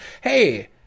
hey